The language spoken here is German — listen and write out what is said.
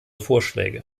vorschläge